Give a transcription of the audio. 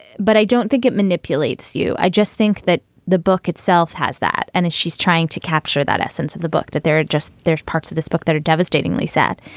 but i don't think it manipulates you. i just think that the book itself has that. and as she's trying to capture that essence of the book, that there are just there's parts of this book that are devastatingly sad.